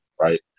right